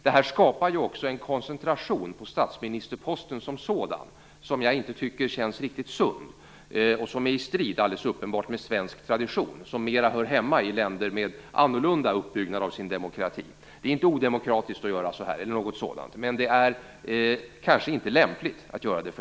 Detta skapar ju också en koncentration på statsministerposten som sådan, som jag inte tycker känns riktigt sund, och som alldeles uppenbart är i strid med svensk tradition. En sådan koncentration hör mera hemma i länder med annorlunda uppbyggnad av sin demokrati. Det är inte odemokratiskt eller något sådant att göra så här, men det är för den skull kanske inte lämpligt att göra det.